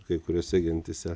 kai kuriose gentyse